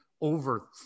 over